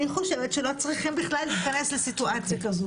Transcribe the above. אני חושבת שלא צריך בכלל להיכנס לסיטואציה כזאת,